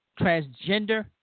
transgender